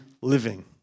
living